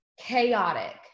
chaotic